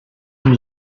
dem